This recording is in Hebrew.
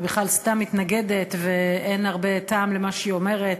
ובכלל סתם מתנגדת ואין הרבה טעם במה שהיא אומרת,